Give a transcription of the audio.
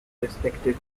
expected